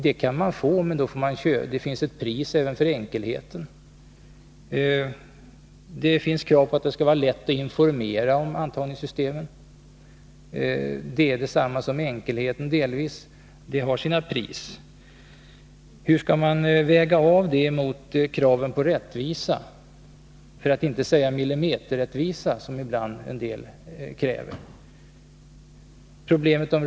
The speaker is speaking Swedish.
Det kan man åstadkomma, men det finns ett pris även för enkelheten. Det reses också krav på att det skall vara lätt att informera om antagningssystemet. Men precis som i fråga om enkelheten kräver det sitt pris. Hur skall denna enkelhet kunna vägas av mot kravet på rättvisa för att inte säga millimeterrättvisa, som det ibland ställs krav på?